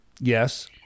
Yes